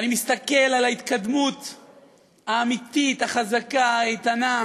ואני מסתכל על ההתקדמות האמיתית, החזקה, האיתנה,